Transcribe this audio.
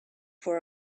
for